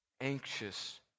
anxious